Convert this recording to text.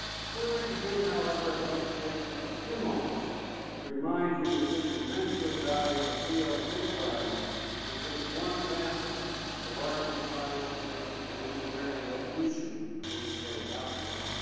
before we begin, however, i'd like to take just a few moments to remind you that this immensely valuable field of inquiry is just one facet of the larger scientific and engineering revolution being played out here.